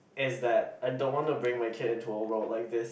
is that I don't want to bring my kid into a world like this